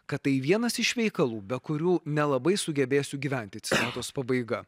kad tai vienas iš veikalų be kurių nelabai sugebėsiu gyventi citatos pabaiga